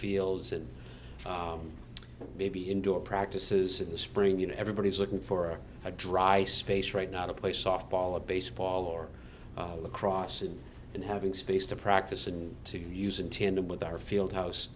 fields and maybe indoor practices in the spring when everybody's looking for a dry space right now to play softball or baseball or across it and having space to practice and to use in tandem with our field house